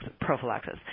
prophylaxis